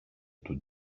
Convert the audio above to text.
του